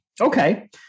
Okay